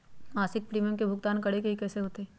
मासिक प्रीमियम के भुगतान करे के हई कैसे होतई?